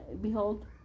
Behold